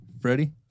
Freddie